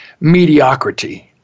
mediocrity